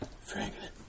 Franklin